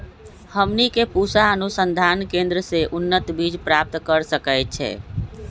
हमनी के पूसा अनुसंधान केंद्र से उन्नत बीज प्राप्त कर सकैछे?